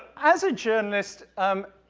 as a journalist, um,